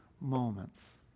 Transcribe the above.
moments